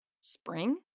Spring